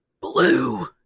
blue